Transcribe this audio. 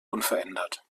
unverändert